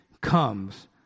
comes